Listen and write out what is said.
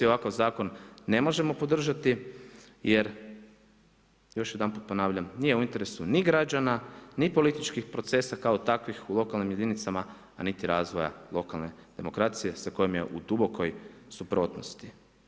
Ovakav zakon ne možemo podržati, jer još jedanput ponavljam nije u interesu ni građana, ni političkih procesa kao takvih u lokalnim jedinicama, a niti razvoja lokalne demokracije sa kojom je u dubokoj suprotnosti.